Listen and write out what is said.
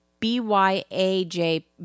B-Y-A-J